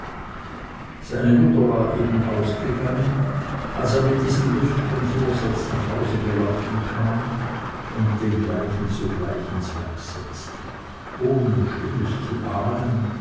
seine mutter war eben ausgegangen als er mit diesem lustigen vorsatz nach hause gelaufen kam und denselben sogleich ins werk setzte ohne schlimmes zu ahnen